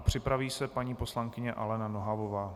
Připraví se paní poslankyně Alena Nohavová.